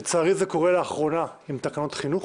לצערי זה קורה לאחרונה עם תקנות חינוך